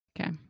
Okay